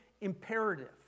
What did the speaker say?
imperative